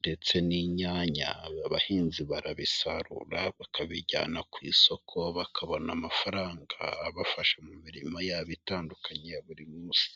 ndetse n'inyanya, aba bahinzi barabisarura bakabijyana ku isoko bakabona amafaranga abafasha mu mirimo yabo itandukanye ya buri munsi.